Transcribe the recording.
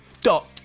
dot